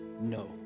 No